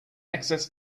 access